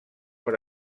per